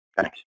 Thanks